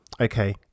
Okay